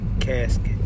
Casket